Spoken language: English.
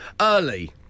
Early